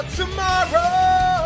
tomorrow